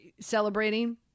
celebrating